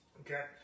Okay